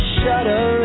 shudder